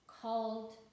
Called